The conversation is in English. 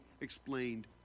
explained